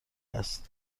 است